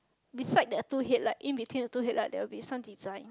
beside that two headlight in between the two headlight there will be some design